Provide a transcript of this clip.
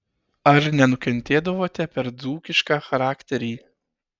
ar nenukentėdavote per dzūkišką charakterį